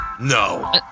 No